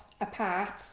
apart